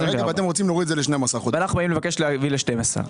ואנחנו מבקשים להוריד ל-12 חודשים.